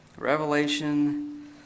Revelation